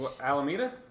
Alameda